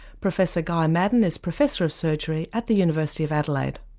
professor guy maddern is professor of surgery at the university of adelaide.